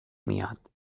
میاد